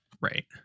Right